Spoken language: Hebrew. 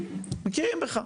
מכירים בך.